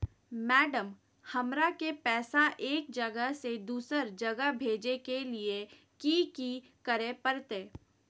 Madam, हमरा के पैसा एक जगह से दुसर जगह भेजे के लिए की की करे परते?